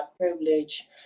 privilege